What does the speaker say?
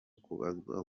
kubazwa